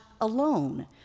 alone